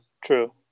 True